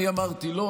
אני אמרתי: לא.